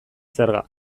zerga